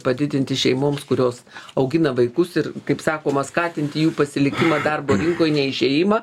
padidinti šeimoms kurios augina vaikus ir kaip sakoma skatinti jų pasilikimą darbo rinkoj ne išėjimą